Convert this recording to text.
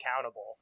accountable